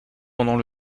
pendant